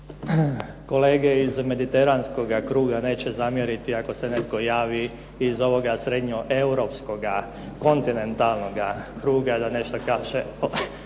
Kolege iz mediteranskoga kruga neće zamjeriti ako se netko javi i iz ovoga srednjoeuropskoga, kontinentalnoga kruga da nešto kaže